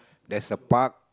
there's a park